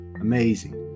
amazing